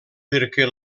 perquè